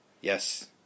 Yes